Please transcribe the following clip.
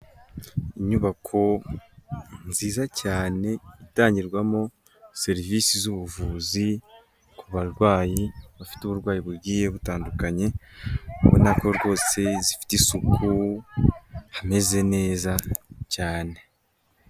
Inyubako nziza cyane itangirwamo serivise z'ubuvuzi ku barwayi bafite uburwayi bugiye butandukanye ubona ko rwose zifite isuku hameze neza cyane.